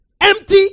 empty